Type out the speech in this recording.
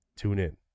TuneIn